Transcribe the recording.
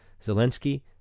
Zelensky